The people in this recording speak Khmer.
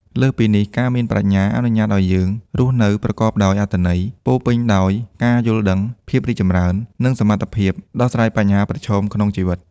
លើសពីនេះ ការមានប្រាជ្ញាអនុញ្ញាតឱ្យយើង រស់នៅប្រកបដោយអត្ថន័យ ពោរពេញដោយការយល់ដឹង ភាពរីកចម្រើន និងសមត្ថភាពដោះស្រាយបញ្ហាប្រឈមក្នុងជីវិត។